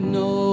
no